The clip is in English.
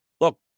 Look